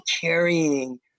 carrying